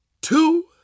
two